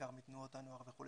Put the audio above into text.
בעיקר מתנועות הנוער וכו',